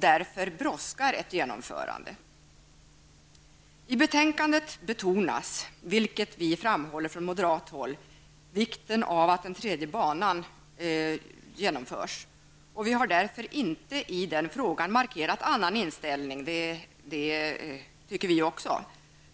Därför brådskar ett genomförande. I betänkandet betonas, vilket vi från moderat håll framhåller, vikten av att den tredje banan på Arlanda kommer till. Vi har därför inte i den frågan markerat annan inställning,